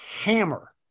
hammer